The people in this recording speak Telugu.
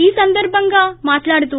ఈ సందర్భంగా మాట్లాడుతూ